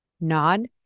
nod